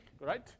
right